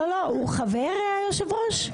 הוא חבר, היושב ראש?